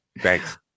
Thanks